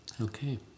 okay